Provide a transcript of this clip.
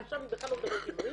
והיא לא מדברת עברית,